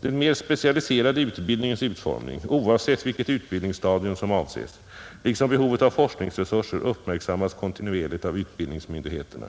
Den mer specialiserade utbildningens utformning — oavsett vilket utbildningsstadium som avses — liksom behovet av forskningsresurser uppmärksammas kontinuerligt av utbildningsmyndigheterna.